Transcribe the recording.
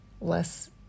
less